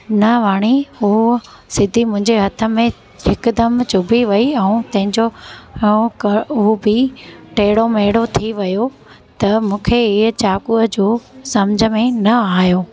न वणी हूअ सिधी मुंहिंजे हथ में हिकदमि चुभी वई ऐं तंहिंजो उहो बि टेड़ो मेड़ो थी वियो त मूंखे इहो चाकूअ जो सम्झि में न आहियो